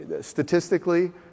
Statistically